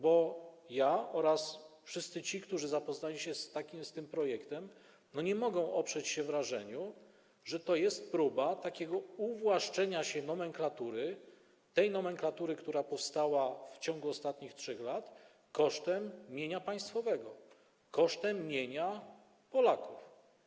Bo ja oraz wszyscy ci, którzy zapoznali się z tym projektem, nie możemy oprzeć się wrażeniu, że to jest próba uwłaszczenia się nomenklatury, tej nomenklatury, która powstała w ciągu ostatnich 3 lat, kosztem mienia państwowego, kosztem mienia Polaków.